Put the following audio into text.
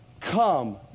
Come